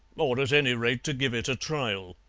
or at any rate to give it a trial.